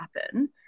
happen